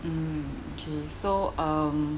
mm okay so um